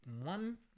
one